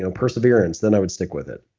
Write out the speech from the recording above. ah perseverance then i would stick with it.